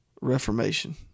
reformation